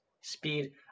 speed